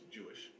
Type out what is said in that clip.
Jewish